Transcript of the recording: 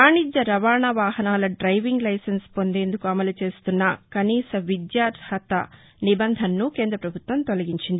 వాణిజ్య రవాణా వాహనాల డైవింగ్ లైసెన్స్ పొందేందుకు అమలు చేస్తోన్న కనీస విద్యార్హత నిబంధనను కేంద్రపభుత్వం తౌలగించింది